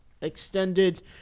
extended